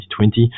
2020